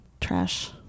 trash